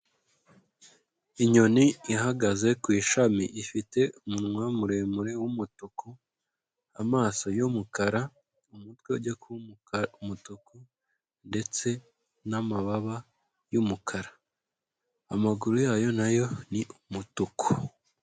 Inyoni ihagaze ku ishami, ifite umunwa muremure w'umutuku, amaso y'umukara, umutwe ujya kuba umutuku, ndetse n'amababa y'umukara, amaguru yayo na yo ni umutuku.